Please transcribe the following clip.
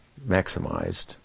maximized